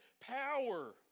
power